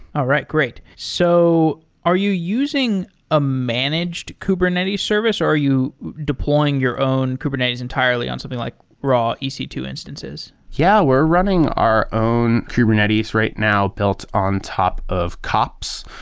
ah right, great. so are you using ah managed kubernetes service or are you deploying your own kubernetes entirely on something like raw e c two instances? yeah. we're running our own kubernetes right now built on top of kops.